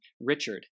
Richard